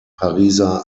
pariser